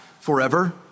forever